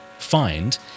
find